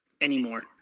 anymore